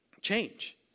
change